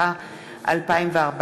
התשע"ה 2014,